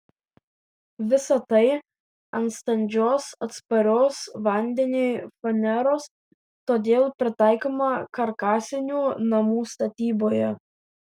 visa tai ant standžios atsparios vandeniui faneros todėl pritaikoma karkasinių namų statyboje